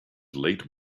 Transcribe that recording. late